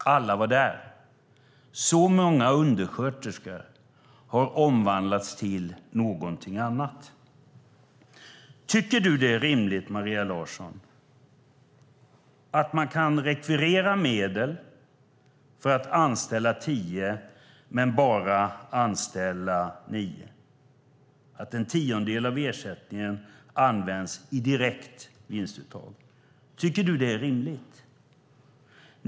Alla var där! Så många undersköterskor har omvandlats till något annat. Tycker du att det är rimligt, Maria Larsson, att man kan rekvirera medel för att anställa tio men bara anställa nio? En tiondel av ersättningen används i direkt vinstuttag. Tycker du att det är rimligt?